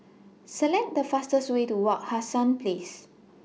Select The fastest Way to Wak Hassan Place